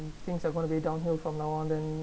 if things are going gonna be downhill from now on then